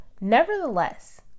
Nevertheless